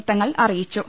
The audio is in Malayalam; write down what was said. വൃത്തങ്ങൾ അറി യിച്ചു